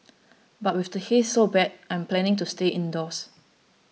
but with the haze so bad I'm planning to stay indoors